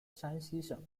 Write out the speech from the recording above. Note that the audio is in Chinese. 山西省